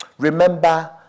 Remember